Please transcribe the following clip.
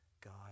God